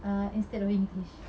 err instead of english